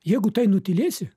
jeigu tai nutylėsi